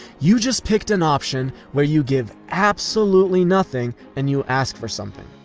you just picked an option where you give absolutely nothing and you ask for something.